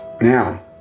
Now